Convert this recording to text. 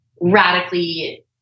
radically